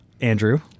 Andrew